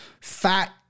fat